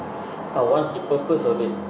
but one of the purpose of it